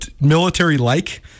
military-like